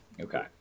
okay